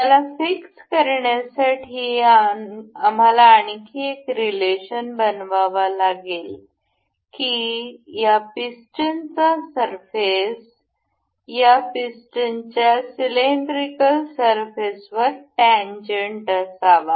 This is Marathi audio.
याला फिक्स करण्यासाठी आम्हाला आणखी एक रिलेशन बनवावा लागेल की या पिस्टनचा सरफेस या पिस्टनच्या सिलेंड्रिकल सरफेसवर टेनजंट असावा